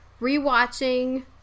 rewatching